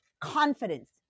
confidence